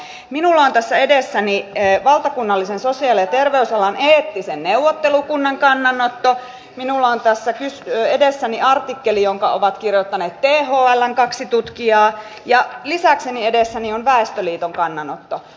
minulla on tässä edessäni valtakunnallisen sosiaali ja terveysalan eettisen neuvottelukunnan kannanotto minulla on tässä edessäni artikkeli jonka ovat kirjoittaneet thln kaksi tutkijaa ja lisäkseni edessäni on väestöliiton kannanotto